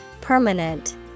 Permanent